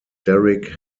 derrick